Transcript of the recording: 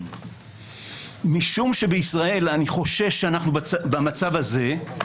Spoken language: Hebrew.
משום שבישראל אני חושש שאנו במצב הזה,